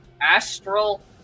Astral